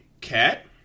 Cat